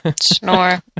Snore